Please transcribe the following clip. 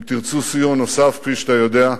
אם תרצו סיוע נוסף, כפי שאתה יודע,